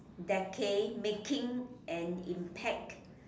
decade making an impact